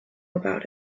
about